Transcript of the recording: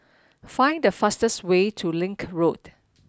find the fastest way to Link Road